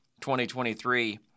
2023